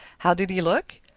how did he look?